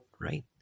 right